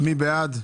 מי בעד?